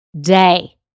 day